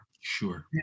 sure